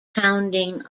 pounding